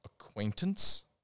acquaintance